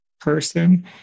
person